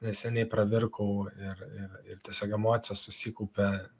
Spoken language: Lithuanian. neseniai pravirkau ir ir ir tiesiog emocijos susikaupia